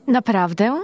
Naprawdę